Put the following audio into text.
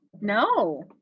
no